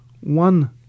one